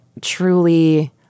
truly